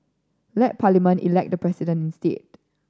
let Parliament elect the president instead